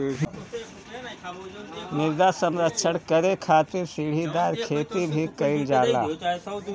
मृदा संरक्षण करे खातिर सीढ़ीदार खेती भी कईल जाला